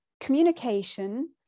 communication